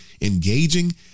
engaging